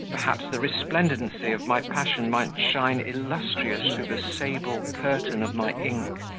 perhaps the resplendency of my passion might shine illustrious through the sable curtain of my ink,